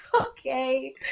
okay